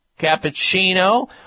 cappuccino